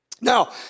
Now